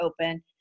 open